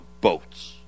boats